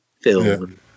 film